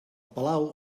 palau